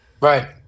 Right